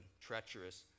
treacherous